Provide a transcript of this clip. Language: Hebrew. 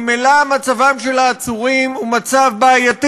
ממילא מצבם של העצורים בעייתי,